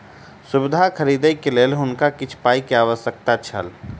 सुविधा खरीदैक लेल हुनका किछ पाई के आवश्यकता छल